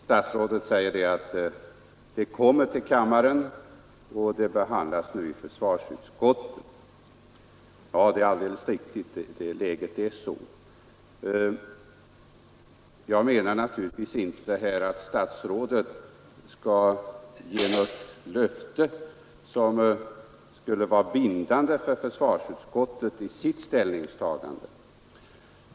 Statsrådet säger att förslag kommer att framläggas för kammaren och att frågan nu behandlas i försvarsutskottet. Detta är alldeles riktigt — så är läget. Jag menar givetvis inte att statsrådet skall ge något löfte som skulle vara bindande för försvarsutskottet vid dess ställningstagande.